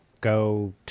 Go